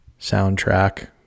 soundtrack